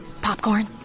Popcorn